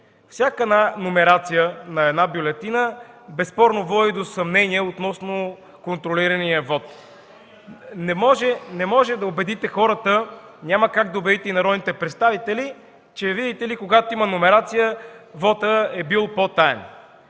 Всяка номерация на бюлетината безспорно води до съмнение относно контролирания вот. Не може да убедите хората, няма как да убедите и народните представители, че, видите ли, когато има номерация, вотът е по-таен.